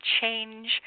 change